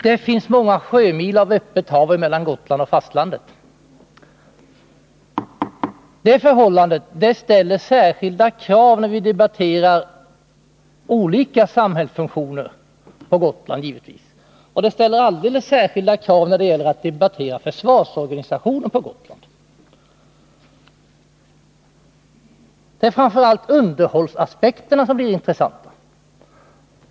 Det finns många sjömil öppet hav mellan Gotland och fastlandet, ett förhållande som givetvis ställer särskilda krav när vi debatterar olika samhällsfunktioner på Gotland. Och det ställer alldeles särskilda krav när det gäller att debattera Gotlands försvarsorganisation. Det är framför allt underhållsaspekterna som är intressanta.